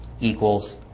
equals